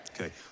Okay